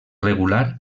regular